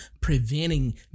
preventing